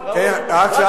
רק על